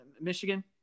michigan